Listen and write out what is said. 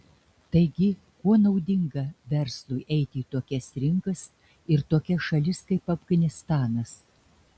taigi kuo naudinga verslui eiti į tokias rinkas ir tokias šalis kaip afganistanas